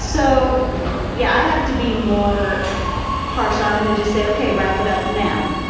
so yeah i have to be more harsh on him and just say, okay, wrap it up now.